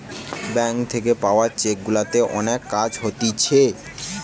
bank থাকে পাওয়া cheque গুলাতে অনেক কাজ হতিছে